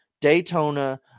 Daytona